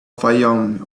fayoum